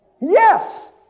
Yes